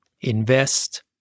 invest